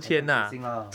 contact tracing lah